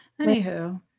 Anywho